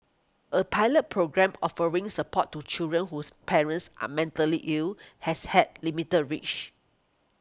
a pilot programme offering support to children whose parents are mentally ill has had limited reach